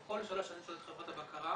על כל שלוש --- חברת הבקרה,